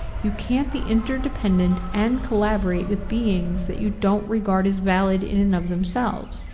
you can't be interdependent and collaborate with beings that you don't regard as valid in and of themselves.